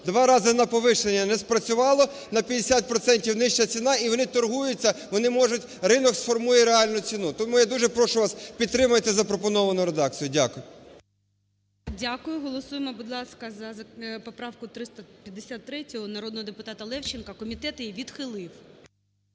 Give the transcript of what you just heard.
два рази на підвищення не спрацювало, на 50 відсотків нижча ціна, і вони торгуються, вони можуть, ринок сформує реальну ціну. Тому я дуже прошу вас, підтримайте запропоновану редакцію. Дякую. ГОЛОВУЮЧИЙ. Дякую. Голосуємо, будь ласка, за поправку 353 народного депутатаЛевченка. Комітет її відхилив.